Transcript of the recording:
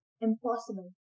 Impossible